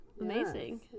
Amazing